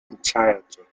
entirety